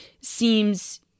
seems